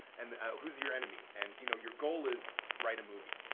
and who's your enemy? and you know your goal is write a movie.